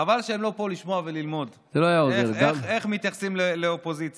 חבל שהם לא פה לשמוע וללמוד איך מתייחסים לאופוזיציה.